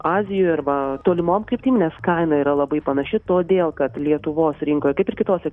azijoj arba tolimom kryptim nes kaina yra labai panaši todėl kad lietuvos rinkoj kaip ir kitose